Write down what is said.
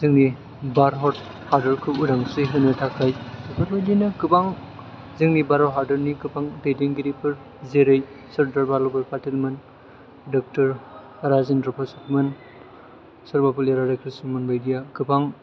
जोंनि भारत हादरखौ उदांस्रि होनो थाखाय बेफोरबायदिनो गोबां जोंनि भारत हादरनि गोबां दैदेनगिरिपोर जेरै सरदार भाल्लबाइ पाथेल मोन ड राजेन्द्र फ्रसादमोन सर्बपल्ली राधा कृष्ण मोन बायदिया गोबां